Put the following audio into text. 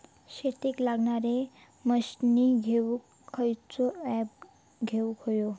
शेतीक लागणारे मशीनी घेवक खयचो ऍप घेवक होयो?